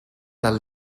del